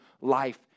life